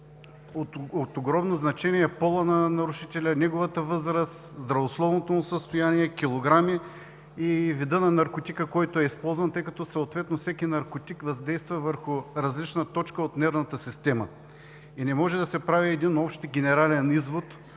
от огромно значение е пола на нарушителя, неговата възраст, здравословното му състояние, килограми и вида на наркотика, който е използван, тъй като съответно всеки наркотик въздейства върху различна точка от нервната система и не може да се прави общ генерален извод